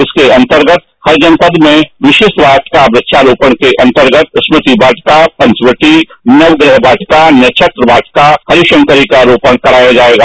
इसके अन्तर्गत हर जनपद में विशिष्ट वाटिका क्षारोपण के अन्तर्गत स्नृति वाटिका पंचवटी नवग्रह वाटिका नक्षत्र वाटिका हरिशंकरी का रोपण कराया जाएगा